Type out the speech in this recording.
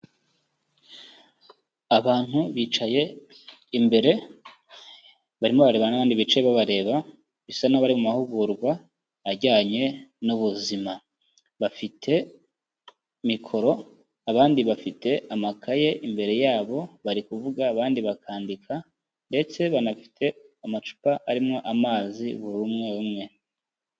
Abantu bicaye imbere barimo barebana n'abandi bicaye babareba bisa naho bari mu mahugurwa ajyanye n'ubuzima. Bafite mikoro abandi bafite amakaye imbere yabo, bari kuvuga abandi bakandika ndetse banafite amacupa arimo amazi buri umwe umwe.